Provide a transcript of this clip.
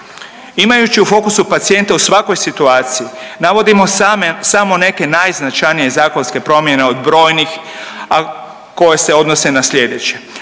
Imaju u fokusu pacijente u svakoj situaciji navodimo samo neke najznačajnije zakonske promjene od brojnih, a koje se odnose na slijedeće.